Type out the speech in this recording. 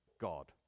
God